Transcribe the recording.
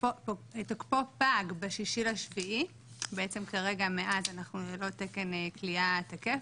תוקפו פג ב-6.7 ובעצם כרגע מאז אנחנו ללא תקן כליאה תקף,